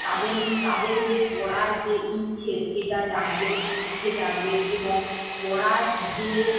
তাদের তাদের যে পড়ার যে ইচ্ছে সেটা জাগবে ইচ্ছে জাগবে এবং পড়ার যে